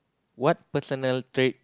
what personal trait